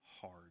hard